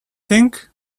thing